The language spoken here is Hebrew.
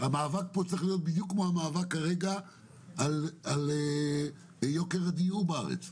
והמאבק פה צריך להיות בדיוק כמו המאבק כרגע על יוקר הדיור בארץ.